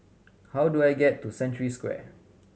how do I get to Century Square